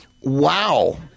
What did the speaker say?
Wow